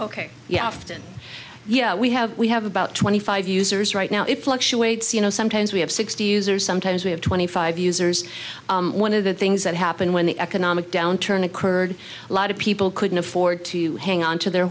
ok yeah often we have we have about twenty five users right now it fluctuates you know sometimes we have sixty users sometimes we have twenty five users one of the things that happened when the economic downturn occurred a lot of people couldn't afford to hang on to their